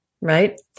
right